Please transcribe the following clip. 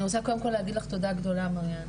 אני רוצה קודם כל להגיד לך תודה רבה מריאנה